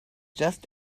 just